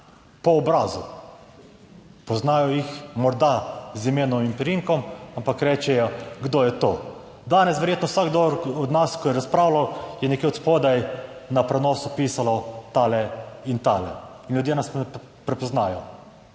po obrazu, poznajo jih morda z imenom in priimkom, ampak rečejo, kdo je to. Danes verjetno vsakdo od nas, ki je razpravljal, je nekje od spodaj na prenosu pisalo, tale in tale in ljudje nas prepoznajo.